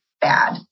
bad